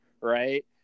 right